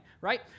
right